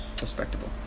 Respectable